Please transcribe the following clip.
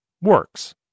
works